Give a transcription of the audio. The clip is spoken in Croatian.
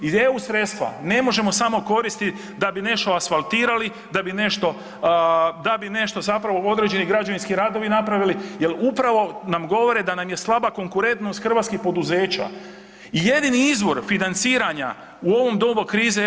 Iz EU sredstva ne možemo samo koristit da bi nešto asfaltirali, da bi nešto, da bi nešto zapravo određeni građevinski radovi napravili jel upravo nam govore da nam je slaba konkurentnost hrvatskih poduzeća i jedini izvor financiranja u ovo doba krize je EU.